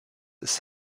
ist